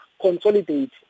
consolidate